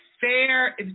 fair